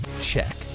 check